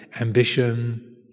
ambition